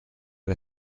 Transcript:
der